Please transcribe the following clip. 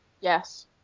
Yes